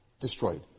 destroyed